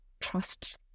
trust